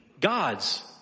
god's